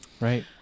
Right